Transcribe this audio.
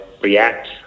react